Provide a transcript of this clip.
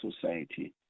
society